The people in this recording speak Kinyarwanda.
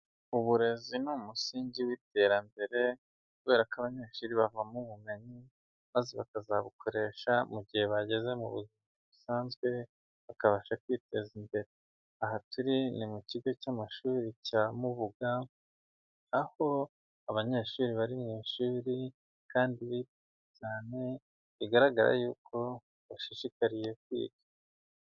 Uburezi ni umusingi w'iterambere, kubera ko abanyeshuri bavoma ubumenyi, maze bakazabukoresha mu gihe bageze mu buzima busanzwe bakabasha kwiteza imbere, aha turi ni mu kigo cy'amashuri cya mubuga, aho abanyeshuri bari mu ishuri, kandi cyane bigaragara yuko bashishikariye kwiga.